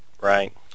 Right